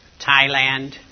Thailand